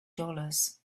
dollars